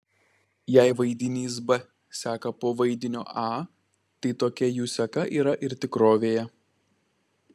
jei vaidinys b seka po vaidinio a tai tokia jų seka yra ir tikrovėje